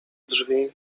drzwi